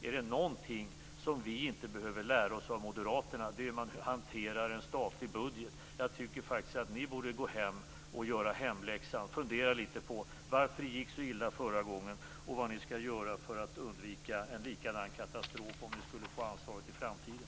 Är det någonting som vi inte behöver lära oss av moderaterna är det hur man hanterar en statlig budget. Jag tycker faktiskt att ni borde gå hem, göra hemläxan och fundera litet på varför det gick så illa förra gången och vad ni skall göra för att undvika en likadan katastrof om ni skulle få ansvaret i framtiden.